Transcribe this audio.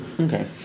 Okay